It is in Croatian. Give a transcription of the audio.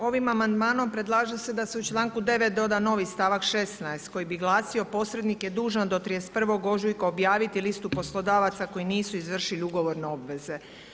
Ovim amandmanom predlaže se da se u članku 9. doda novi stavak 16. koji bi glasio: „Posrednik je dužan do 31. ožujka objaviti listu poslodavaca koji nisu izvršili ugovorne obveze.